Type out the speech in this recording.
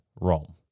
Rome